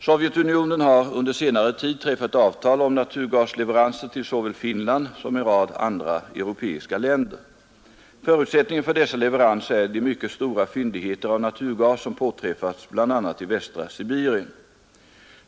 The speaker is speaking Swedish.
Sovjetunionen har under senare tid träffat avtal om naturgasleveranser till såväl Finland som en rad andra europeiska länder. Förutsättningen för dessa leveranser är de mycket stora fyndigheter av naturgas som påträffats bl.a. i västra Sibirien.